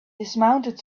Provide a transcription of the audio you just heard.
dismounted